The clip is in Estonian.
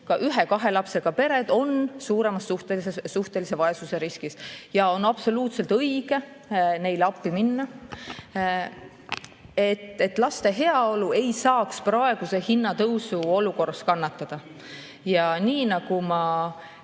ka ühe ja kahe lapsega pered on suuremas suhtelise vaesuse riskis. Ja on absoluutselt õige neile appi minna, et laste heaolu ei saaks praeguse hinnatõusu olukorras kannatada. Nii nagu ma